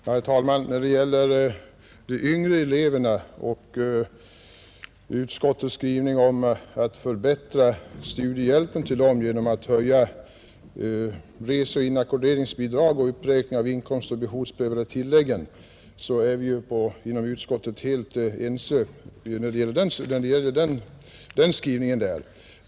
Herr talman! När det gäller att förbättra studiehjälpen till de yngre eleverna genom att höja reseoch inackorderingsbidragen samt räkna upp de inkomstoch behovsprövade tilläggen har vi inom utskottet varit helt eniga om utskottets skrivning.